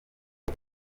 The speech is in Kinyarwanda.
iri